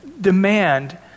demand